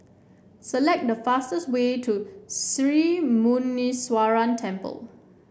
select the fastest way to Sri Muneeswaran Temple